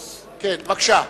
בבקשה.